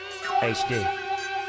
HD